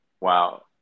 Wow